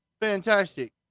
Fantastic